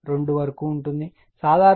0 సాధారణ విలువ 1